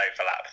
overlap